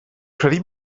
credu